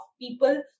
people